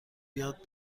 یاد